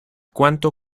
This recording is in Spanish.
cuanto